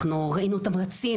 אנחנו ראינו אותם רצים,